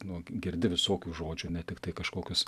nu girdi visokių žodžių ne tiktai kažkokius